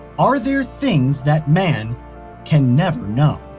are there things that man can never know?